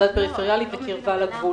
מדד פריפריאלי וקרבה לגבול.